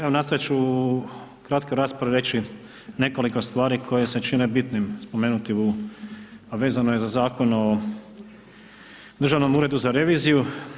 Evo nastojati ću u kratkoj raspravi reći nekoliko stvari koje se čine bitnim spomenuti u a vezano je za Zakon o Državnom uredu za reviziju.